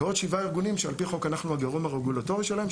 ועוד שבעה ארגונים שעל פי חוק אנחנו הגורם הרגולטורי שלהם,